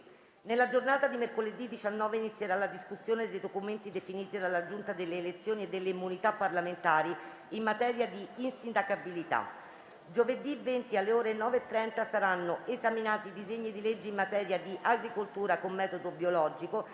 Nella giornata di mercoledì 19 inizierà la discussione dei documenti definiti dalla Giunta delle elezioni e delle immunità parlamentari in materia di immunità. Giovedì 20, alle ore 9,30, saranno esaminati i disegni di legge in materia di agricoltura con metodo biologico